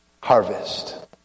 harvest